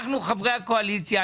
אנחנו חברי הקואליציה,